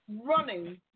running